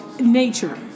nature